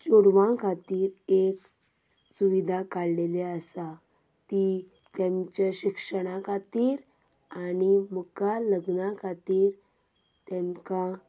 चेडवां खातीर एक सुविधा काडिल्ली आसा ती तेमच्या शिक्षणा खातीर आनी मुखार लग्ना खातीर तेमकां